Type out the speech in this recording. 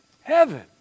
Heaven